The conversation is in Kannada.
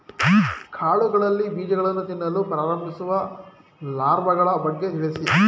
ಕಾಳುಗಳಲ್ಲಿ ಬೀಜಗಳನ್ನು ತಿನ್ನಲು ಪ್ರಾರಂಭಿಸುವ ಲಾರ್ವಗಳ ಬಗ್ಗೆ ತಿಳಿಸಿ?